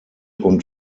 und